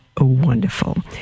wonderful